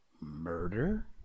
murder